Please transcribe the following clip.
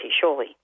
surely